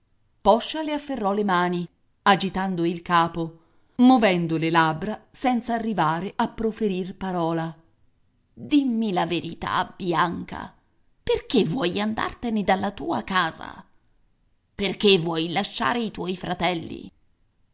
le afferrò le mani agitando il capo movendo le labbra senza arrivare a profferir parola dimmi la verità bianca perché vuoi andartene dalla tua casa perchè vuoi lasciare i tuoi fratelli